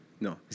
no